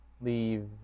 leave